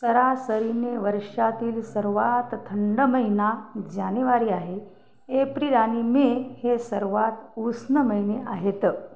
सरासरीने वर्षातील सर्वांत थंड महिना जानेवारी आहे एप्रिल आणि मे हे सर्वांत उष्ण महिने आहेत